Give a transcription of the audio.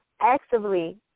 actively